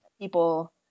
people